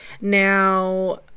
Now